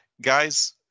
guys